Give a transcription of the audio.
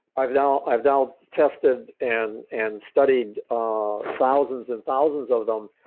i've now i've now tested and and studied ah thousands and thousands of them,